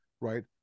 right